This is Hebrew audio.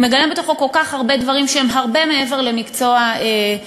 הוא מגלם בתוכו כל כך הרבה דברים שהם הרבה מעבר למקצוע שיטתי,